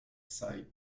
site